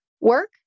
work